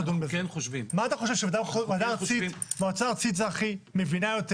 אתה חושב שהמועצה הארצית מבינה יותר